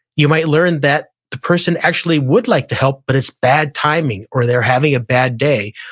you might learn that the person actually would like to help but it's bad timing, or they're having a bad day,